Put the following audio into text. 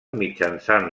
mitjançant